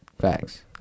Facts